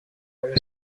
debe